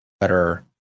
better